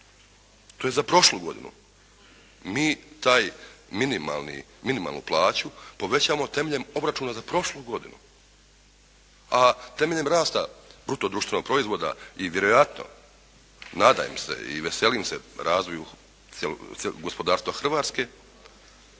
To je za prošlu godinu. Mi taj minimalni, minimalnu plaću povećavamo temeljem obračuna za prošlu godinu. A temeljem rasta bruto društvenog proizvoda i vjerojatno nadam se i veselim se razvoju gospodarstva Hrvatske